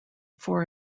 for